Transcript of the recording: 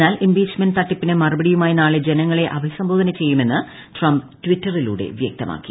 എന്നാൽ ഇംപീച്ച്മെന്റ് തട്ടിപ്പിന് മറുപടിയുമായി നാളെ ജനങ്ങളെ അഭിസംബോധന ചെയ്യുമെന്ന് ട്രംപ്പ് ട്വിറ്ററിലൂടെ വ്യക്തമാക്കി